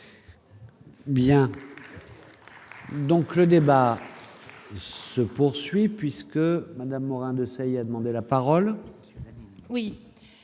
Bien, donc, le débat. Se poursuit puisque Madame Morin-Desailly a demandé la parole.